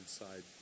inside